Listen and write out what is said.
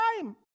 time